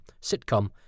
sitcom